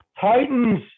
Titans